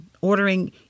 ordering